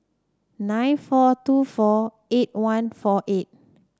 nine four two four eight one four eight